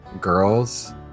girls